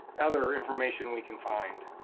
other information we can find.